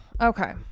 Okay